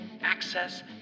access